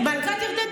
מלכת ירדן,